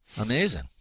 Amazing